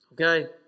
okay